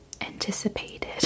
anticipated